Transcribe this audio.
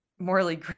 morally